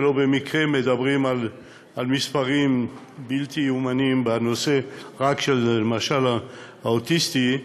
ולא במקרה מדברים על מספרים שלא יאומנו רק למשל בנושא האוטיסטים,